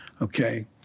okay